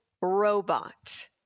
robot